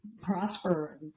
prosper